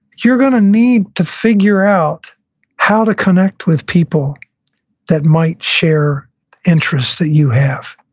you're going to need to figure out how to connect with people that might share interests that you have.